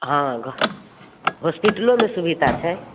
हाँ घऽ हॉस्पिटलोमे सुविधा छै